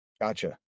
gotcha